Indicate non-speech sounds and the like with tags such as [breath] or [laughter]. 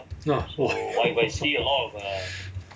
ah !wah! [laughs] [breath]